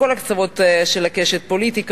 מכל הקצוות של הקשת הפוליטית,